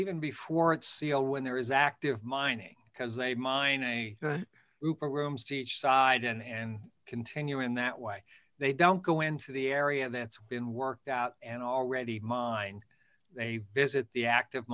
even before it seal when there is active mining because they mine a group of rooms to each side and continue in that way they don't go into the area that's been worked out and already mine they visit the active